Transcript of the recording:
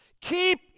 Keep